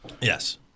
Yes